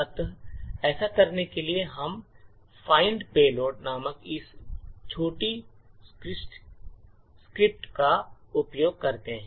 अतः ऐसा करने के लिए हम find payload नामक इस छोटी स्क्रिप्ट का उपयोग करते हैं